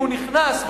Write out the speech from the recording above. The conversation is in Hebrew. והוא נכנס,